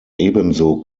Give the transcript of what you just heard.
ebenso